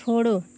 छोड़ो